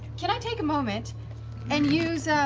can i take a moment and use